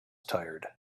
tired